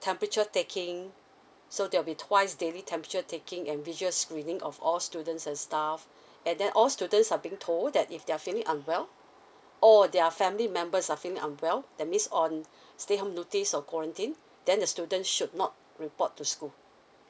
temperature taking so there'll be twice daily temperature taking visual screening of all students and stuff and then all students are being told that if they're feeling unwell or their family members are feeling unwell that means on stay home notice or quarantine than the student should not report to school